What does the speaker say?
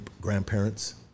grandparents